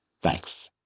Thanks